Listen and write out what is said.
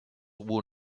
will